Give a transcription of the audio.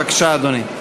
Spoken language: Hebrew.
בבקשה, אדוני.